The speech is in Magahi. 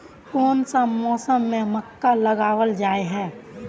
कोन सा मौसम में मक्का लगावल जाय है?